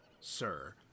sir